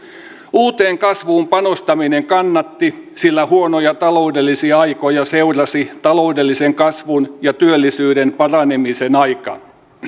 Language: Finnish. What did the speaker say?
uuteen kasvuun panostaminen kannatti sillä huonoja taloudellisia aikoja seurasi taloudellisen kasvun ja työllisyyden paranemisen aika